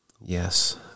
yes